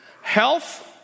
health